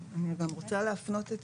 אני גם רוצה להפנות את